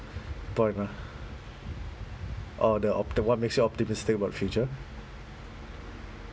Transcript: prompt lah oh the op~ the what makes you optimistic about future